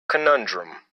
conundrum